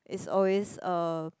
is always a